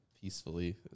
peacefully